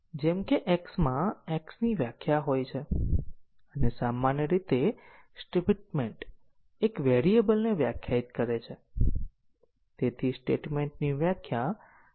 તેથી જો આપણે McCabeની મેટ્રિકની ગણતરી કરી શકીએ તો તે અમને જણાવે છે કે પાથ કવરેજ પ્રાપ્ત કરવા માટે ઓછામાં ઓછા કેટલા ટેસ્ટીંગ કેસોની જરૂર પડશે